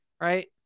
right